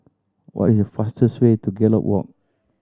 what is the fastest way to Gallop Walk